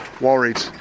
worried